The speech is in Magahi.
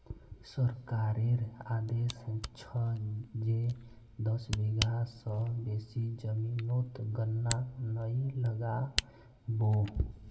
सरकारेर आदेश छ जे दस बीघा स बेसी जमीनोत गन्ना नइ लगा बो